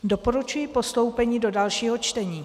Doporučuji postoupení do dalšího čtení.